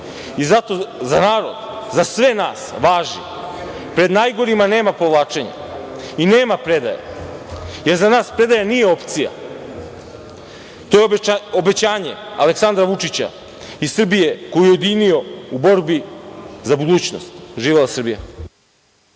Zato za narod, za sve nas važi – pred najgorima nema povlačenja i nema predaje, jer za nas predaja nije opcija. To je obećanje Aleksandra Vučića i Srbije koju je ujedinio u borbi za budućnost. Živela Srbija!